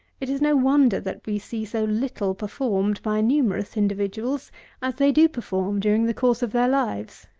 it is no wonder that we see so little performed by numerous individuals as they do perform during the course of their lives.